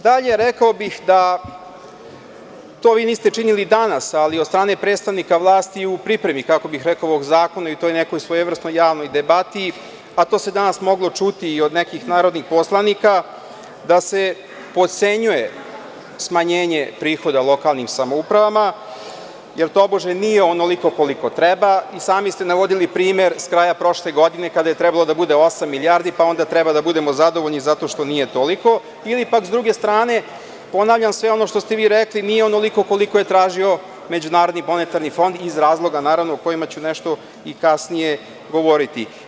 Dalje, rekao bih da to vi niste činili danas, ali od strane predstavnika vlasti je u pripremi, kako bih rekao, ovog zakona i u toj nekoj svojevrsnoj javnoj debati, pa to se danas moglo čuti i od nekih narodnih poslanika, da se potcenjuje smanjenje prihoda lokalnim samoupravama jer tobože nije onoliko koliko treba i sami ste navodili primer sa kraja prošle godine kada je trebalo da bude osam milijardi, pa onda treba da budemo zadovoljni zato što nije toliko ili pak, s druge strane, ponavljam sve ono što ste vi rekli, nije onoliko koliko je tražio MMF, iz razloga, naravno, o kojima ću nešto kasnije govoriti.